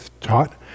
taught